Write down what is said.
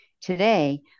Today